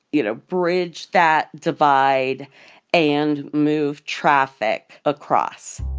you know, bridge that divide and move traffic across